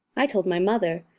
i told my mother,